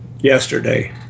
Yesterday